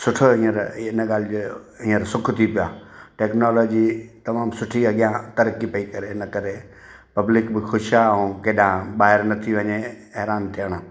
सुठो हीअंर इन ॻाल्हि जो हीअंर सुख थी पियो आहे टेक्नोलॉजी तमामु सुठी अॻियां तरक़ी पई करे इन करे पब्लिक बि ख़ुशि आहे ऐं केॾा ॿाहिरि नथी वञे हैरान थियणु